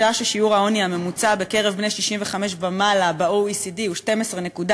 בשעה ששיעור העוני הממוצע בקרב בני 65 ומעלה ב-OECD הוא 12.8%,